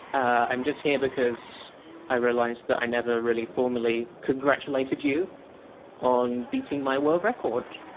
i'm just here because i realized that i never really formally congratulated you on beating my world record.